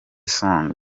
song